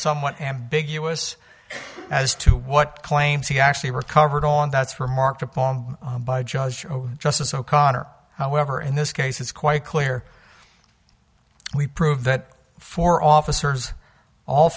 somewhat ambiguous as to what claims he actually recovered on that's remarked upon by judge justice o'connor however in this case it's quite clear we prove that four officers all